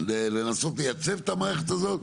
לנסות לייצב את המערכת הזאת.